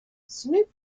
snoop